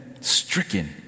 stricken